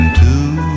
two